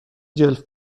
جلف